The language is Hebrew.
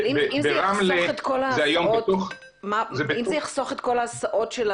ברמלה זה היום בתוך --- אבל אם זה יחסוך את כל ההסעות,